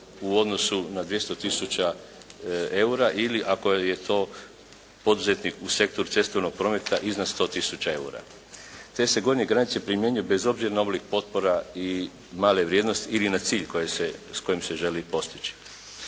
u odnosu na 200 tisuća EUR-a ili ako je to poduzetnik u sektoru cestovnog prometa iznad 100 tisuća EUR-a. Te se gornje granice primjenjuju bez obzira na oblik potpora i male vrijednosti ili na cilj koji se, s kojim se želi postići.